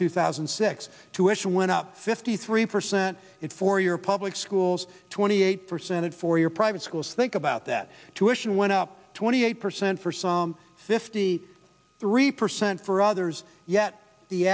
two thousand and six tuitions went up fifty three percent it four year public schools twenty eight percent four year private schools think about that tuitions went up twenty eight percent for some fifty three percent for others yet the